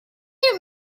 their